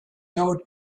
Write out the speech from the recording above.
towed